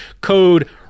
code